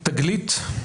'תגלית'.